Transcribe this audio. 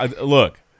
look